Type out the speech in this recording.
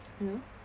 mm